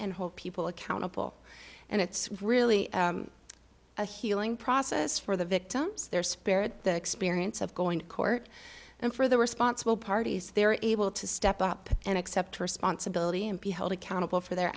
and hold people accountable and it's really a healing process for the victims their spirit the experience of going to court and for the responsible parties there is a will to step up and accept responsibility and be held accountable for their